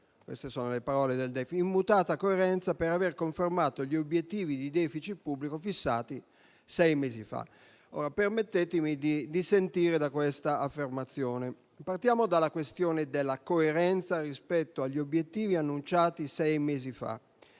queste sono le sue parole - per aver confermato gli obiettivi di *deficit* pubblico fissati sei mesi fa. Permettetemi di dissentire da quest'affermazione. Partiamo dalla questione della coerenza rispetto agli obiettivi annunciati sei mesi fa: